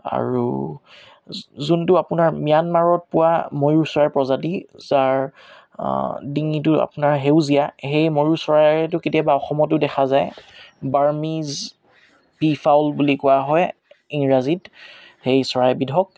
আৰু যোনটো আপোনাৰ ম্যানমাৰত পোৱা ময়ূৰ চৰাই প্ৰজাতি যাৰ ডিঙিটো আপোনাৰ সেউজীয়া সেই ময়ূৰ চৰাইটো কেতিয়াবা অসমতো দেখা যায় বাৰ্মিজ পিফাউল বুলি কোৱা হয় ইংৰাজীত সেই চৰাইবিধক